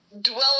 dwell